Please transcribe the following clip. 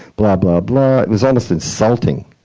blah, blah, blah. it was almost insulting,